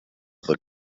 the